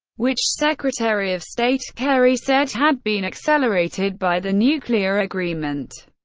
which secretary of state kerry said had been accelerated by the nuclear agreement.